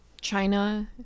China